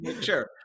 Sure